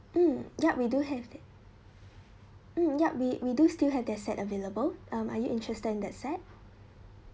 mm yup we do have that mm yup we we do still have that set available um are you interested in that set